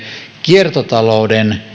kiertotalouden